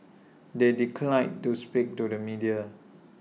they declined to speak to the media